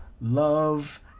love